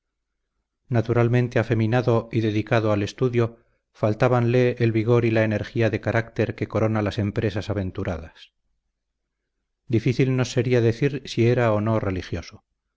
naturalmente afeminado y dedicado al estudio faltábanle el vigor y la energía de carácter que corona las empresas aventuradas difícil nos sería decir si era o no religioso